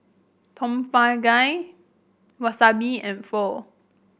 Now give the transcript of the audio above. Tom Kha Gai Wasabi and Pho